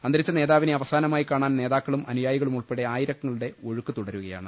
അന്തരിച്ച നേതാവിനെ അവ സാനമായി കാണാൻ നേതാക്കളും അനുയായികളു മുൾപ്പെടെ ആയിരങ്ങളുടെ ഒഴുക്ക് തുടരുകയാണ്